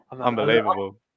Unbelievable